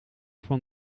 van